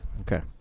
Okay